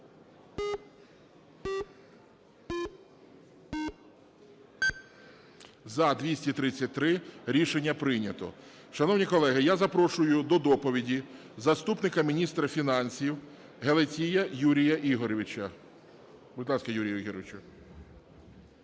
За-233 Рішення прийнято. Шановні колеги, я запрошую до доповіді заступника міністра фінансів Гелетія Юрія Ігоровича. Будь ласка, Юрій Ігорович.